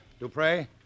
Dupre